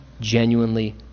genuinely